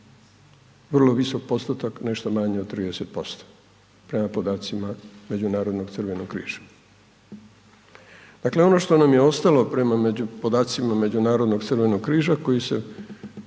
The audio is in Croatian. vrlo visok postotak nešto manje od 30%, prema podacima Međunarodnog Crvenog križa. Dakle, ono što nam je ostalo prema podacima Međunarodnog Crvenog križa koji se